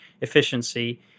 efficiency